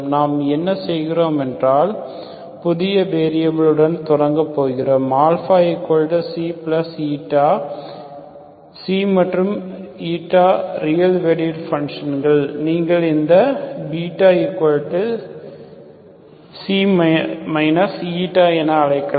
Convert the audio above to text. நாம் என்ன செய்கிறோம் என்றால் புதிய வேரியபில் உடன் தொடங்க போகிறோம் ξ மற்றும் ரியல் வேலுட் பன்ஷங்கள் நீங்கள் இந்த βξ என அழைக்கலாம்